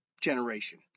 generation